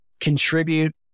contribute